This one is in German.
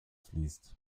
fließt